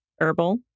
herbal